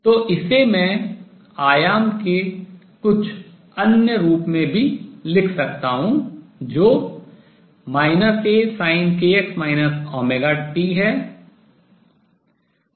तो इसे मैं आयाम के कुछ अन्य रूप में भी लिख सकता हूँ जो Asinkx ωt है